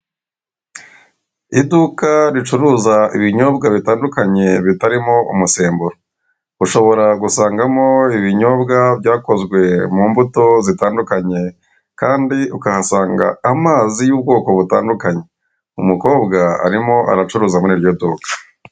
Iduka ricuruza ibinyobwa bitandukanye bitarimo umusemburo, ushobora gusangamo ibinyobwa byakozwe mu mbuto zitandukanye kandi ukahasanga amazi y'ubwoko butandukanye. Umukobwa arimo aracuruza muri iryo duka.